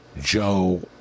Joe